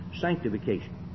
sanctification